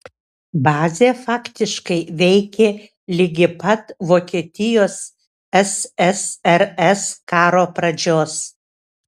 bazė faktiškai veikė ligi pat vokietijos ssrs karo pradžios